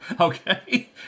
Okay